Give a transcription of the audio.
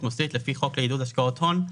מוסדית לפי חוק לעידוד השקעות הון,